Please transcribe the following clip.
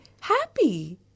happy